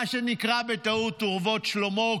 מה שנקרא בטעות "אורוות שלמה",